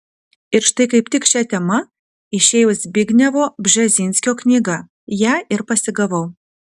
ir štai kaip tik šia tema išėjo zbignevo bžezinskio knyga ją ir pasigavau